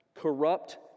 corrupt